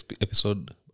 episode